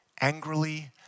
angrily